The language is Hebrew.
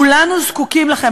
כולנו זקוקים לכם.